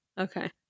Okay